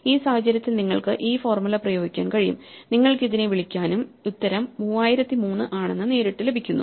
ഈ സാഹചര്യത്തിൽ നിങ്ങൾക്ക് ഈ ഫോർമുല പ്രയോഗിക്കാൻ കഴിയും നിങ്ങൾക്കതിനെ വിളിക്കാനും ഉത്തരം 3003 ആണെന്ന് നേരിട്ട് ലഭിക്കുന്നു